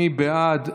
מי בעד?